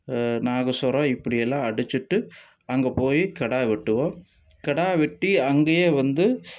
நாதஸ்வரம் இப்படி எல்லாம் அடித்துட்டு அங்கே போய் கிடா வெட்டுவோம் கிடா வெட்டி அங்கேயே வந்து